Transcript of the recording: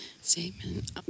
statement